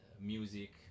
music